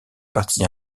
parties